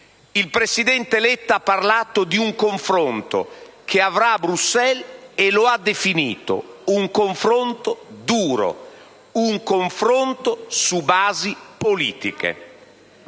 Il presidente Letta ha parlato di un confronto che avrà a Bruxelles, e lo ha definito un confronto duro, un confronto su basi politiche.